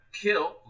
kill